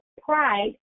pride